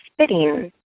spitting